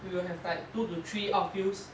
we will have like two to three outfields